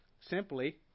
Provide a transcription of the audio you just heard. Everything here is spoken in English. simply